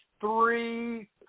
three